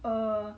err